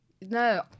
No